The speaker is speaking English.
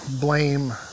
blame